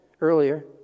earlier